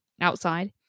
outside